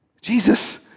Jesus